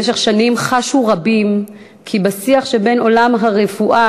במשך שנים חשו רבים כי בשיח שבין עולם הרפואה